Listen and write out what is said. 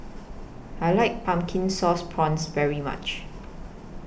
I like Pumpkin Sauce Prawns very much